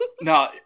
No